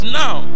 now